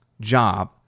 job